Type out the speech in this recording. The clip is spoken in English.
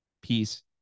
Peace